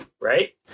right